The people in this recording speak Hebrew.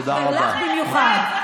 ולך במיוחד.